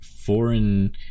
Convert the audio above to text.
foreign